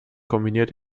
kombiniert